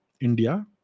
India